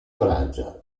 francia